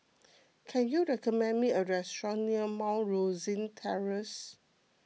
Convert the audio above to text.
can you recommend me a restaurant near Mount Rosie Terrace